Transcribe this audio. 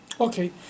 Okay